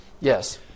Yes